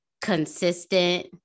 Consistent